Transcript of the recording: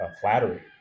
flattery